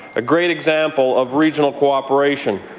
a great example of regional co-operation.